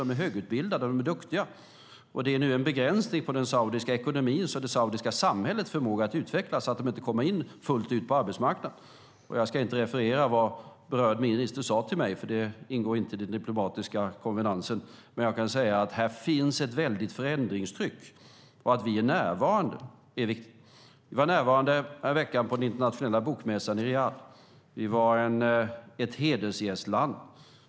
De är högutbildade och duktiga. Det är en begränsning på den saudiska ekonomins och det saudiska samhällets förmåga att utvecklas att de inte kommer in fullt ut på arbetsmarknaden. Jag ska inte referera vad berörd minister sade till mig, för det ingår inte i den diplomatiska konvenansen. Men jag kan säga att här finns ett väldigt förändringstryck. Att vi är närvarande är viktigt. Vi var närvarande häromveckan på den internationella bokmässan i Riyadh. Vi var ett hedersgästland.